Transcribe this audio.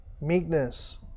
Meekness